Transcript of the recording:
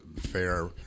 fair